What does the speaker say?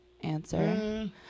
answer